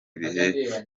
bihe